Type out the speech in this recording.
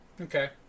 okay